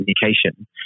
communication